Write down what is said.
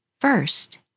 First